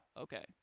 okay